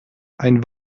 ein